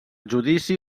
judici